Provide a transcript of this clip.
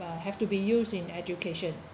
uh have to be used in education